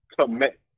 commit